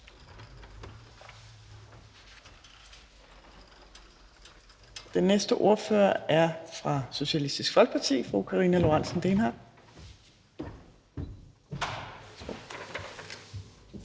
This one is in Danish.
Den næste ordfører er fra Socialistisk Folkeparti, og det er fru Karina Lorentzen Dehnhardt.